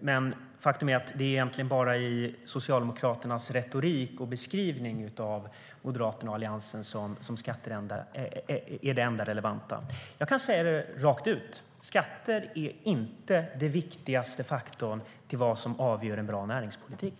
Men faktum är det egentligen bara är i Socialdemokraternas retorik och beskrivning av Moderaterna och Alliansen som skatter är det enda relevanta. Jag kan säga det rakt ut: Skatter är inte den viktigaste faktorn när det gäller vad som avgör en bra näringspolitik.